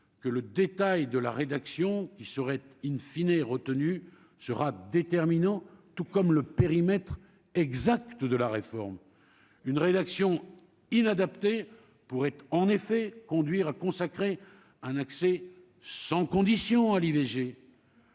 que le détail de la rédaction qui serait in fine et retenu sera déterminant, tout comme le périmètre exact de la réforme, une rédaction inadapté, pourrait en effet conduire à consacrer un accès sans condition à l'IVG.